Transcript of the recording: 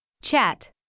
Chat